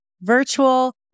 virtual